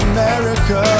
America